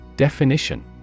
Definition